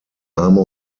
arme